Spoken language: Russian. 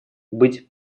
быть